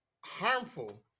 harmful